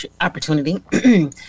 opportunity